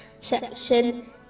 section